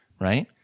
right